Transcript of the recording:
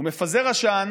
הוא מפזר עשן